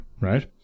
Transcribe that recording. right